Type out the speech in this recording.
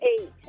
eight